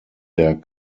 der